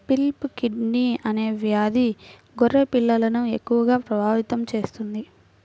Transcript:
pulpy kidney అనే వ్యాధి గొర్రె పిల్లలను ఎక్కువగా ప్రభావితం చేస్తుంది